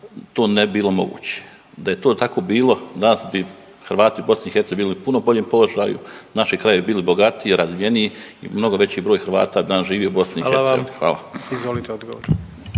to ne bi bilo moguće. Da je to tako bilo danas bi Hrvati u Bosni i Hercegovini bili u puno boljem položaju, naši krajevi bi bili bogatiji, razvijeniji i mnogo veći broj Hrvata danas bi živio u Bosni i Hercegovini. Hvala. **Jandroković,